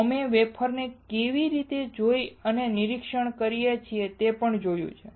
અમે વેફરને કેવી રીતે જોઈ અથવા નિરીક્ષણ કરી શકીએ તે પણ જોયું છે